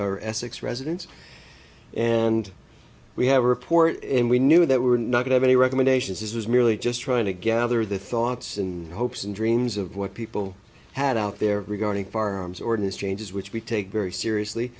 essex residents and we have a report and we knew that we were not have any recommendations this was merely just trying to gather the thoughts and hopes and dreams of what people had out there regarding firearms ordinance changes which we take very seriously